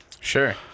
Sure